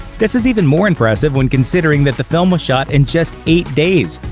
this is even more impressive when considering that the film was shot in just eight days,